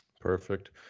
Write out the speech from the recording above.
Perfect